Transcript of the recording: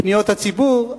פניות הציבור,